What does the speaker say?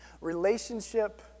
Relationship